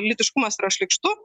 lytiškumas yra šlykštu